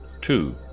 Two